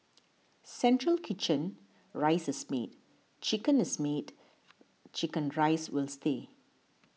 central kitchen rice is made chicken is made Chicken Rice will stay